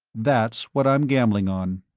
that's what i'm gambling on,